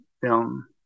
film